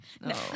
No